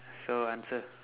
so answer